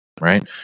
right